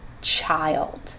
Child